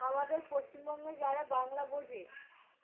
আমাদের পশ্চিমবঙ্গে যারা বাংলা বোঝে